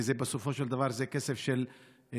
כי בסופו של דבר זה כסף של משכורות.